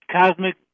cosmic